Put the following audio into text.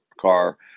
car